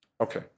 Okay